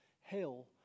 hell